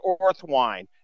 Orthwine